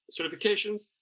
Certifications